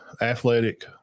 athletic